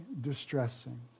distressing